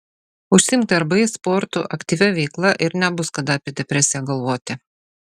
užsiimk darbais sportu aktyvia veikla ir nebus kada apie depresiją galvoti